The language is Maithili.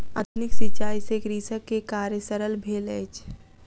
आधुनिक सिचाई से कृषक के कार्य सरल भेल अछि